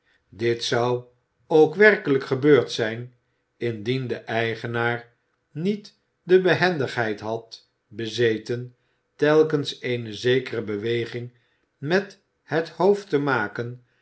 dit zou ook werkelijk gebeurd zijn indien de eigenaar niet de behendigheid had bezeten telkens eene zekere beweging met het hoofd te maken